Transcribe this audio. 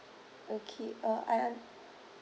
okay uh I un~